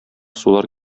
сулар